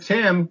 Tim